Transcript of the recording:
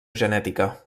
genètica